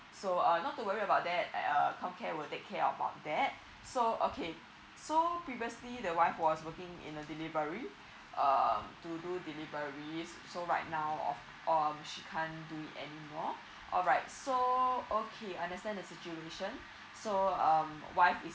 so uh not too worry about that um com care will take care about that so okay so previously the wife was working in a delivery uh to do deliveries so right now of um she can't do it anymore alright so okay understand the situation so um wife is